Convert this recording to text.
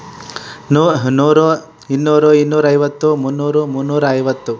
ನೂ ನೂರು ಇನ್ನೂರು ಇನ್ನೂರೈವತ್ತು ಮೂನ್ನೂರು ಮೂನ್ನೂರ ಐವತ್ತು